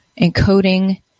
encoding